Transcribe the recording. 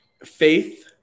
faith